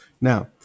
Now